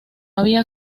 había